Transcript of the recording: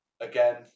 Again